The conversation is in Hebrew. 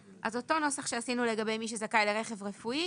אז אותו נוסח שעשינו לגבי מי שזכאי לרכב רפואי